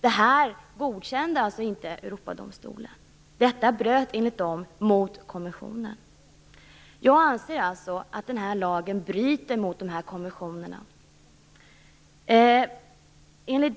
Det godkände inte Europadomstolen. Detta bröt enligt domstolen mot konventionen. Jag anser att denna lag bryter mot konventionerna.